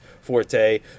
forte